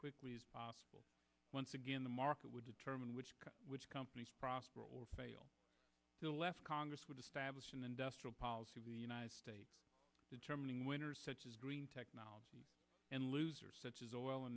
quickly as possible once again the market would determine which which companies prosper or fail to last congress would establish an industrial policy of the united states determining winners such as green technology and losers such as oil a